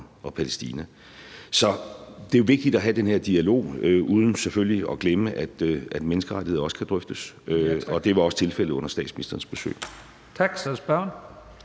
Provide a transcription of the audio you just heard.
og Palæstina. Så det er vigtigt at have den her dialog uden selvfølgelig at glemme, at menneskerettigheder også kan drøftes, og det var også tilfældet under statsministerens besøg.